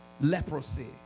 leprosy